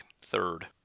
third